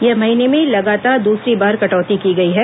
यह महीने में लगातार दूसरी बार कटौती की गई है